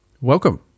welcome